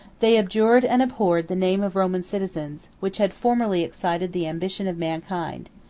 they abjured and abhorred the name of roman citizens, which had formerly excited the ambition of mankind.